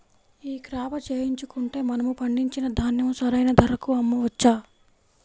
ఈ క్రాప చేయించుకుంటే మనము పండించిన ధాన్యం సరైన ధరకు అమ్మవచ్చా?